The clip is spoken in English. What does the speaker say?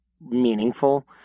meaningful